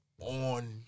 on